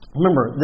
Remember